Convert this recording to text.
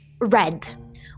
red